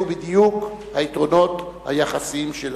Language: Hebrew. אלו בדיוק היתרונות היחסיים שלנו.